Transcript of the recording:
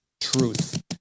truth